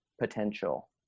potential